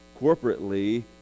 corporately